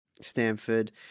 Stanford